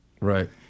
Right